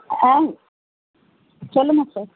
ஆ சொல்லுங்கள் சார்